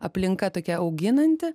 aplinka tokia auginanti